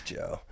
Joe